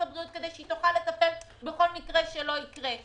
הבריאות כדי שהיא תוכל לתפקד בכל דבר שלא יקרה,